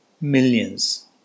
millions